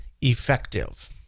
effective